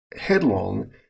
headlong